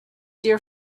dear